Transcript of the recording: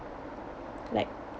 like